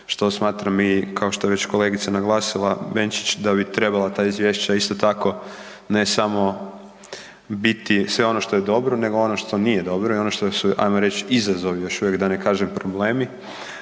što smatram i kao što je već kolegica Benčić naglasila da bi trebala ta izvješća isto tako ne samo biti sve ono što je dobro nego i ono što nije dobro i ono što su ajmo reći izazovi još uvijek, da ne kažem problemi,